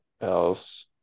else